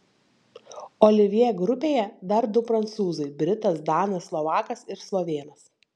olivjė grupėje dar du prancūzai britas danas slovakas ir slovėnas